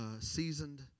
seasoned